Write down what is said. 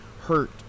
hurt